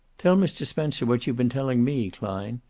tell mr. spencer what you've been telling me, klein,